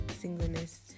singleness